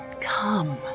Come